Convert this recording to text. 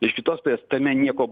iš kitos pusės tame nieko